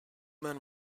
man